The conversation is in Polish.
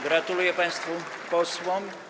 Gratuluję państwu posłom.